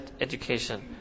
education